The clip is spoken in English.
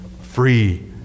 free